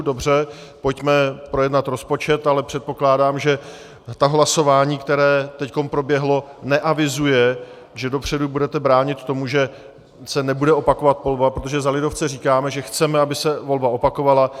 Dobře, pojďme projednat rozpočet, ale předpokládám, že to hlasování, které teď proběhlo, neavizuje, že dopředu budete bránit tomu, že se nebude opakovat volba, protože za lidovce říkáme, že chceme, aby se volba opakovala.